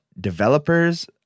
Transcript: developers